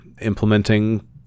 implementing